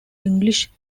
english